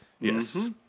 Yes